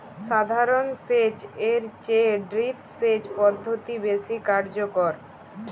সাধারণ সেচ এর চেয়ে ড্রিপ সেচ পদ্ধতি বেশি কার্যকর